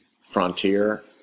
frontier